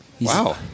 Wow